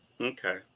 okay